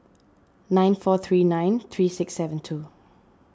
nine four three nine three six seven two